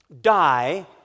die